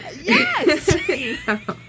Yes